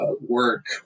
work